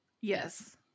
Yes